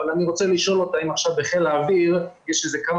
אבל אני רוצה לשאול אותה אם עכשיו בחיל האוויר יש כמה